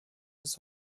bis